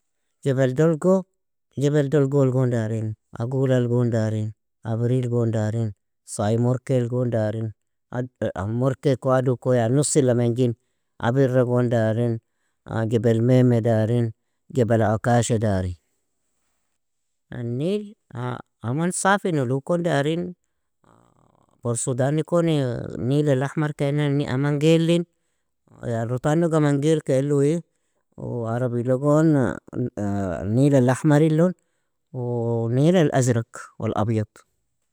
Jebel dolgo, Jebel Dolgol gon darin, agulal gon darin, abril gon darin, sai morkel gon darin, Ad_Morke ko adu ko yan nusila manjin, abirra gon darin, Jebel maeme darin, Jebel ukasha darin. النيل aman safi nulu kon darin, borsudan nikoni نيل الاحمر ka inaani aman gailin, yan rutannug amangail ka ilu uui, o arabi logon نيل الاحمر ilon, والنيل الازرق والابيض.